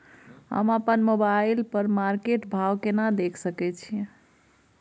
हम अपन मोबाइल पर मार्केट भाव केना देख सकै छिये?